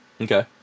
Okay